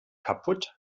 kaputt